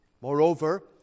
Moreover